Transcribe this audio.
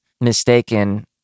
mistaken